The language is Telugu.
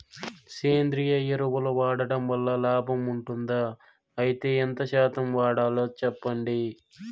సేంద్రియ ఎరువులు వాడడం వల్ల లాభం ఉంటుందా? అయితే ఎంత శాతం వాడాలో చెప్పండి?